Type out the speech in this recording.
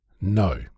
no